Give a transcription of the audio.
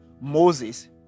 Moses